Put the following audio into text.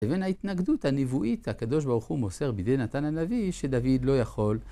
לבין ההתנגדות הנבואית הקדוש ברוך מוסר בידי נתן הלוי שדוד לא יכול.